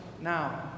now